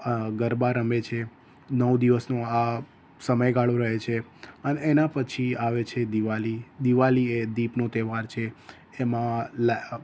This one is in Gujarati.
ગરબા રમે છે નવ દિવસનો આ સમયગાળો રહે છે અને એના પછી આવે છે દિવાળી દિવાળી એ દીપનો તહેવાર છે એમાં